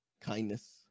kindness